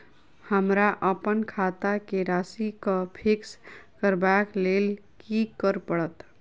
हमरा अप्पन खाता केँ राशि कऽ फिक्स करबाक लेल की करऽ पड़त?